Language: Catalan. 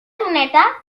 doneta